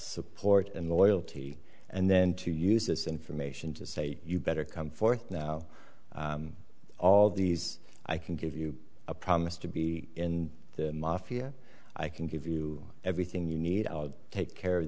support and loyalty and then to use this information to say you better come forth now all these i can give you a promise to be in the mafia i can give you everything you need to take care of